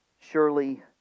surely